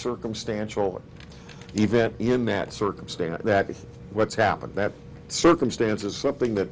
circumstantial event in that circumstance that is what's happened that circumstance is something that